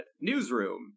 newsroom